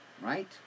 Right